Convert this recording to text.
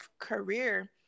career